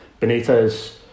Benitez